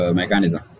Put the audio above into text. mechanism